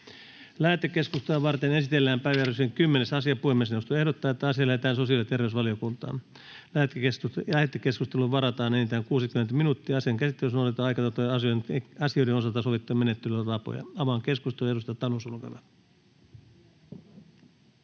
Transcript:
Lähetekeskustelua varten esitellään päiväjärjestyksen 10. asia. Puhemiesneuvosto ehdottaa, että asia lähetetään sosiaali- ja terveysvaliokuntaan. Lähetekeskusteluun varataan enintään 60 minuuttia. Asian käsittelyssä noudatetaan aikataulutettujen asioiden osalta sovittuja menettelytapoja. — Avaan keskustelun. Edustaja Tanus, olkaa